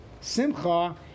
simcha